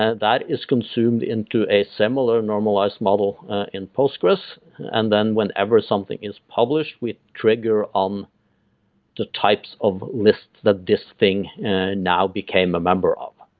ah that is consumed into a similar normalized model in postgres and then whenever something is published, we trigger on the types of lists that disk thing now became a member of.